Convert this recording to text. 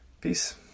Peace